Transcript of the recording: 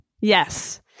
Yes